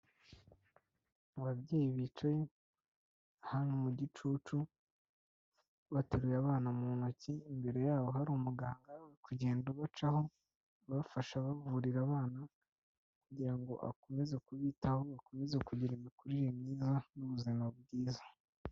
Ababyeyi bicaye ahantu mu gicucu bateruye abana mu ntoki, imbere yabo hari umuganga uri kugenda ubacaho, ubafasha abavurira abana kugira ngo akomeze kubitaho bakomeze kugira imikurire myiza n'ubuzima bwiza.